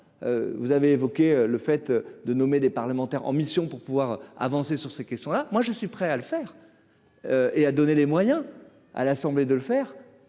vous avez évoqué le fait de nommer des parlementaires en mission pour pouvoir avancer sur ces questions là, moi je suis prêt à le faire et à donner les moyens à l'assemblée de le faire